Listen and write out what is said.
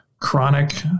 chronic